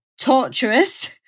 torturous